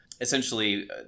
essentially